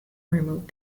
removed